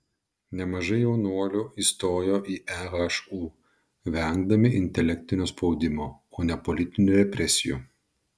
nemažai jaunuolių įstojo į ehu vengdami intelektinio spaudimo o ne politinių represijų